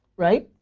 right?